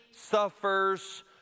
suffers